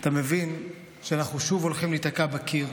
ואתה מבין שאנחנו שוב הולכים להיתקע בקיר.